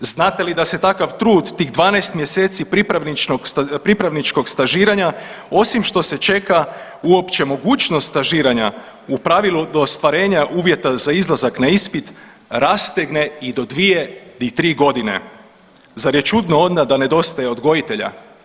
Znate li da se takav trud tih 12 mjeseci pripravničkog stažiranja osim što se čeka uopće mogućnost stažiranja u pravilu do ostvarenja uvjeta za izlazak na ispit rastegne i do 2 i 3.g., zar je čudno onda da nedostaje odgojitelja?